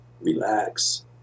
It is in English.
relax